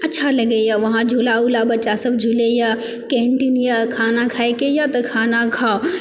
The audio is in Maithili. पिच्छर नहि होइए वहाँ झूला उला बच्चा सब झुलैए केन्टीन यऽ खाना खाएके यऽ तऽ खाना खाउ